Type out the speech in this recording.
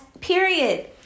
period